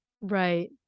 right